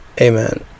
Amen